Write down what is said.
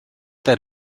that